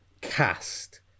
Cast